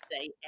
say